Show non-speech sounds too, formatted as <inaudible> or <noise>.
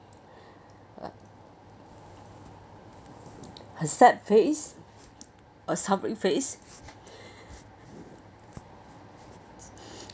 <breath> her sad face or suffering face <noise>